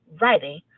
writing